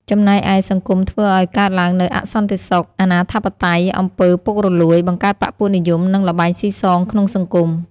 ចំណែកឯ សង្គមធ្វើឲ្យកើតឡើងនូវអសន្តិសុខ អនាធិបតេយ្យ អំពី ពុករលួយ បង្កើតបក្សពួកនិយម និងល្បែងស៊ីសងក្នុងសង្គម។